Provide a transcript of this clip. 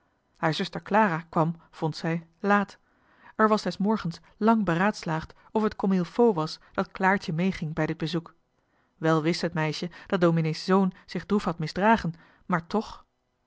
haar zuster clara kwam vond zij laat er was des morgens lang beraadslaagd of het comme il faut was dat claartje mee ging bij dit bezoek wel wist het meisje dat dominee's zoon zich droef had misdragen maar toch